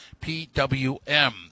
PWM